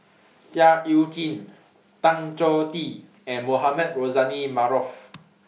Seah EU Chin Tan Choh Tee and Mohamed Rozani Maarof